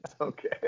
Okay